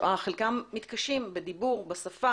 חלקם ניצולי שואה, חלקם מתקשים בדיבור ובשפה,